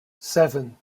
seven